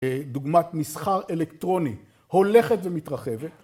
אה... דוגמת מסחר אלקטרוני הולכת ומתרחבת.